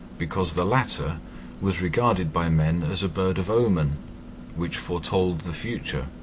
because the latter was regarded by men as a bird of omen which foretold the future,